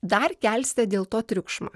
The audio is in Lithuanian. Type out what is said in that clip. dar kelsite dėl to triukšmą